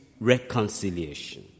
reconciliation